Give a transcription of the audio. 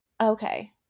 okay